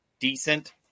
decent